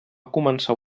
començar